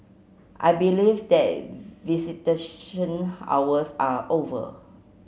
I believe that visitation hours are over